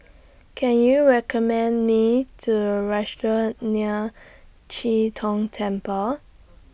Can YOU recommend Me to A Restaurant near Chee Tong Temple